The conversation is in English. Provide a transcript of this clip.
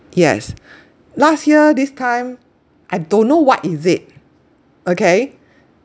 yes last year this time I don't know what is it okay